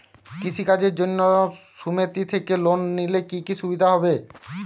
কৃষি কাজের জন্য সুমেতি থেকে লোন নিলে কি কি সুবিধা হবে?